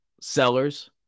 Sellers